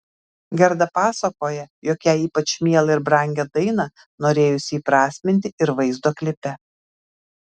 gerda pasakoja jog jai ypač mielą ir brangią dainą norėjusi įprasminti ir vaizdo klipe